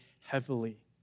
heavily